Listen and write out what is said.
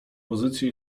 pozycję